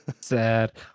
Sad